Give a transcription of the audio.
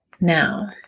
Now